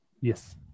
Yes